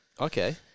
Okay